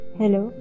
Hello